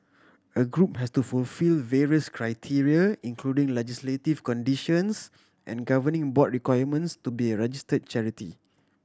a group has to fulfil various criteria including legislative conditions and governing board requirements to be a register charity